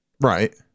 Right